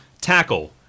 tackle